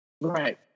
right